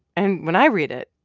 and when i read it,